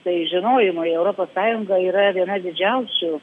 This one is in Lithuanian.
tai žinojimui europos sąjunga yra viena didžiausių